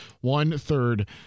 one-third